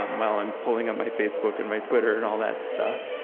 um while i'm pulling up my facebook and my twitter and all that stuff,